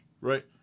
right